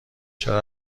چرا